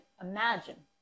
imagine